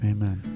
Amen